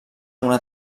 una